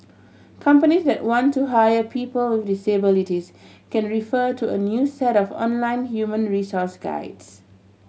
companies that want to hire people with disabilities can refer to a new set of online human resource guides